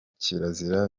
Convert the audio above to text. kirazira